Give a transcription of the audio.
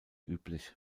üblich